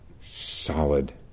solid